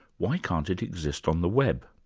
why can't it exist on the web?